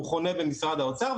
חונה במשרד האוצר,